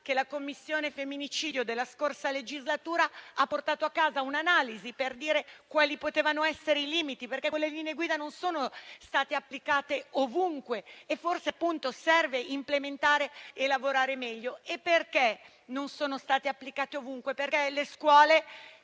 che la Commissione femminicidio della scorsa legislatura ha portato a casa: un'analisi per dire quali potevano essere i limiti, perché quelle linee guida non sono state applicate ovunque e forse, appunto, serve implementarle e lavorare meglio. Perché non sono state applicate ovunque? Perché le scuole